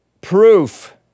proof